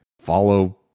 follow